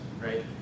right